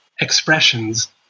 expressions